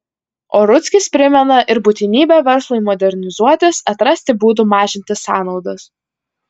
o rudzkis primena ir būtinybę verslui modernizuotis atrasti būdų mažinti sąnaudas